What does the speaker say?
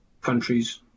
countries